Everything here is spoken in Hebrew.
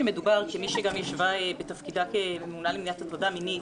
כמי שגם כיהנה בתפקיד ממונה על מניעת הטרדת מינית,